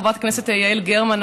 חברת הכנסת יעל גרמן,